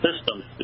system